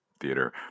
theater